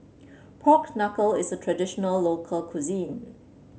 Pork Knuckle is a traditional local cuisine